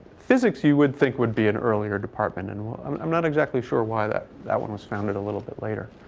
physics you would think would be an earlier department. and i'm not exactly sure why that that one was founded a little bit later.